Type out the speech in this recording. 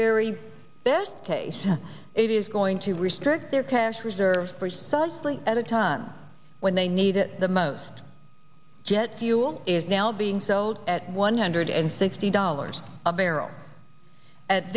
very best case it is going to restrict their cash reserves precisely at a time when they need it the most jet fuel is now being sold at one hundred and sixty dollars a barrel at